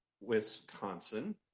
Wisconsin